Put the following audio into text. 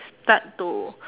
start to